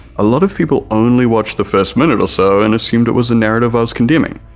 a lot of people only watched the first minute or so and assumed it was the narrative i was condemning,